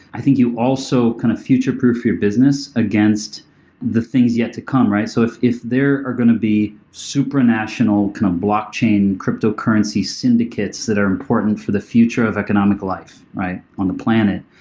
i think you also kind of future proof your business against the things yet to come, right? so if if there are going to be supranational kind of blockchain, cryptocurrency syndicates that are important for the future of economic life on the planet,